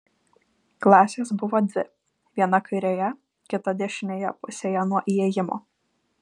klasės buvo dvi viena kairėje kita dešinėje pusėje nuo įėjimo